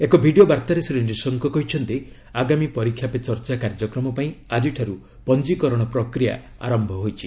ଏକ ଭିଡ଼ିଓ ବାର୍ତ୍ତାରେ ଶ୍ରୀ ନିଶଙ୍କ କହିଛନ୍ତି ଆଗାମୀ 'ପରୀକ୍ଷା ପେ ଚର୍ଚ୍ଚା' କାର୍ଯ୍ୟକ୍ରମ ପାଇଁ ଆଜିଠାରୁ ପଞ୍ଜିକରଣ ପ୍ରକ୍ରିୟା ଆରମ୍ଭ ହୋଇଛି